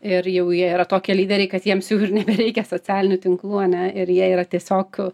ir jau jie yra tokie lyderiai kad jiems jau ir nebereikia socialinių tinklų ane ir jie yra tiesiog